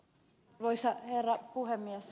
arvoisa herra puhemies